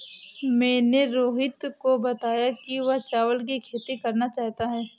मैंने रोहित को बताया कि वह चावल की खेती करना चाहता है